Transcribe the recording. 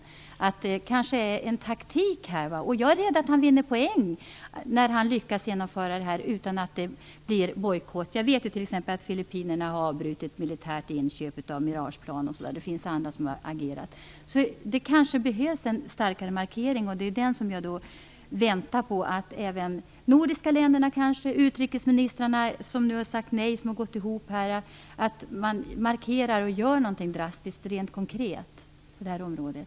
Detta är kanske taktik, och jag är rädd att Chirac vinner poäng när han lyckas genomföra detta utan att det leder till bojkott. Jag vet ju t.ex. att Filippinerna har avbrutit militära inköp av Mirageplan osv. Det finns också andra som har agerat. Det behövs kanske en starkare markering, och det är den som jag väntar på att även de nordiska länderna skall göra. Utrikesministrarna har ju gått ihop och sagt nej. Man bör markera och göra något drastiskt och rent konkret på det här området.